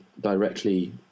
directly